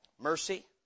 Mercy